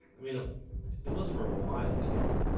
i mean it it was for a while cannon